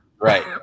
right